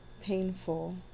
painful